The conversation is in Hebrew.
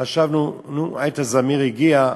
חשבנו: עת הזמיר הגיעה,